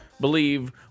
believe